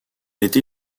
été